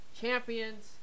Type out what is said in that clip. champions